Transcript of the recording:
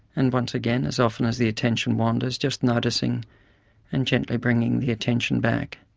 and once again as often as the attention wanders just noticing and gently bringing the attention back.